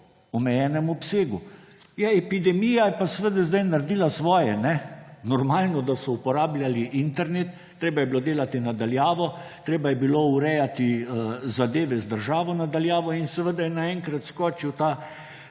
omejenem obsegu. Ja, epidemija je pa seveda zdaj naredila svoje. Normalno, da so uporabljali internet. Treba je bilo delati na daljavo, treba je bilo urejati zadeve z državo na daljavo in seveda je naenkrat skočil ta